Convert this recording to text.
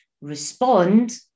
respond